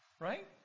Right